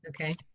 Okay